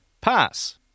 pass